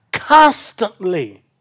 Constantly